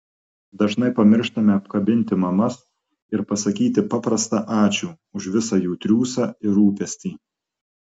dažnai pamirštame apkabinti mamas ir pasakyti paprastą ačiū už visą jų triūsą ir rūpestį